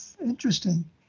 interesting